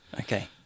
Okay